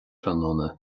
tráthnóna